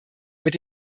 mit